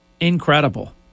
Incredible